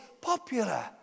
popular